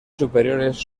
superiores